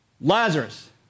Lazarus